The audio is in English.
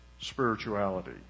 spirituality